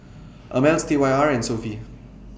Ameltz T Y R and Sofy